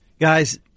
Guys